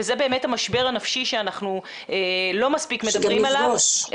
וזה באמת המשבר הנפשי שאנחנו לא מספיק מדברים עליו,